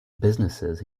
businesses